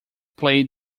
play